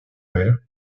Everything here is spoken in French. père